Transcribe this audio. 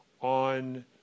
on